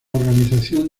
organización